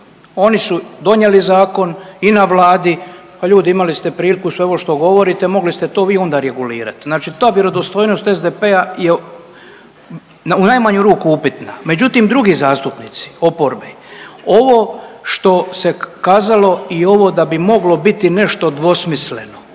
Oni su donijeli zakon i na Vladi, pa ljudi imali ste priliku sve ovo što govorite mogli ste to vi onda regulirat, znači ta vjerodostojnost SDP-a je u najmanju ruku upitna. Međutim, drugi zastupnici oporbe ovo što se kazalo i ovo da bi moglo biti nešto dvosmisleno,